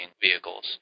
vehicles